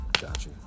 Gotcha